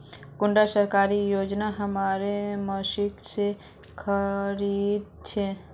कुंडा सरकारी योजना हमार मशीन से खरीद छै?